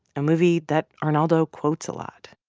a movie that arnaldo quotes a lot.